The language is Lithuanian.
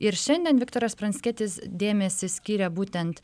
ir šiandien viktoras pranckietis dėmesį skyrė būtent